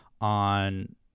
on